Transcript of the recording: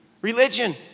Religion